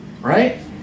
right